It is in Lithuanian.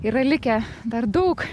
yra likę dar daug